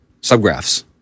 subgraphs